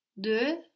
de